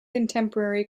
contemporary